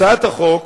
הצעת החוק